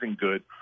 good